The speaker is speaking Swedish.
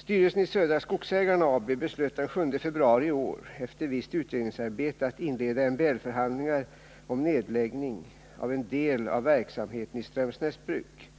Styrelsen i Södra Skogsägarna AB beslöt den 7 februari i år efter visst utredningsarbete att inleda MBL-förhandlingar om nedläggning av en del av verksamheten i Strömsnäsbruk.